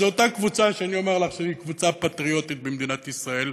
זו אותה קבוצה שאני אומר לך שהיא קבוצה פטריוטית במדינת ישראל,